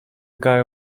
guy